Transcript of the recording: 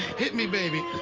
hit me, baby.